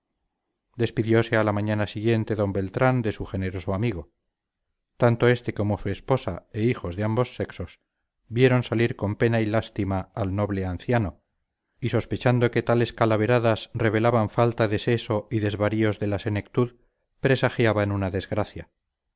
guarnición despidiose a la mañana siguiente d beltrán de su generoso amigo tanto este como su esposa e hijos de ambos sexos vieron salir con pena y lástima al noble anciano y sospechando que tales calaveradas revelaban falta de seso y desvaríos de la senectud presagiaban una desgracia